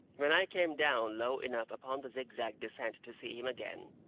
when i came down low enough upon the zigzag descent to see him again,